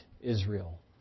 Israel